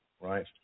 right